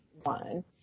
one